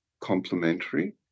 complementary